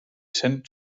cent